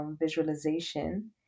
visualization